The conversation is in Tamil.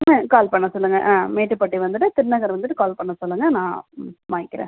ம் எனக்கு கால் பண்ண சொல்லுங்கள் ஆ மேட்டுப்பட்டி வந்துவிட்டு திருநகர் வந்துவிட்டு கால் பண்ண சொல்லுங்கள் நான் வாங்கிக்கிறேன்